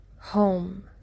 home